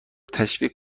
تشویق